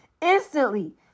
Instantly